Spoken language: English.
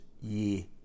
year